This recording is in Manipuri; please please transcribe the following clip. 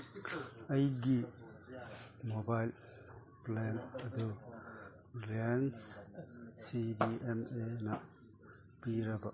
ꯑꯩꯒꯤ ꯃꯣꯕꯥꯏꯜ ꯂꯦꯟ ꯑꯗꯨ ꯔꯦꯟꯁ ꯁꯤ ꯗꯤ ꯑꯦꯝ ꯑꯦꯅ ꯄꯤꯔꯕ